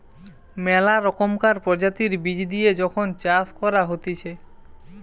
মেলা রকমকার প্রজাতির বীজ দিয়ে যখন চাষ করা হতিছে